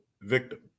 victim